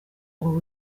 ngo